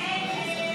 46 בעד, 55 נגד.